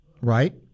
right